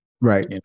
Right